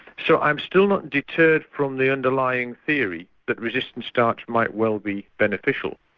so i'm still not deterred from the underlying theory that resistant starch might well be beneficial.